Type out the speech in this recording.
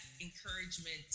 encouragement